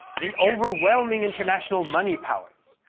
the overwhelming international money-powers,